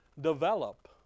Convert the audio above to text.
develop